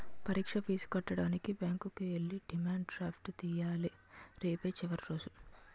పరీక్ష ఫీజు కట్టడానికి బ్యాంకుకి ఎల్లి డిమాండ్ డ్రాఫ్ట్ తియ్యాల రేపే చివరి రోజు